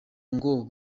ngo